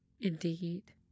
Indeed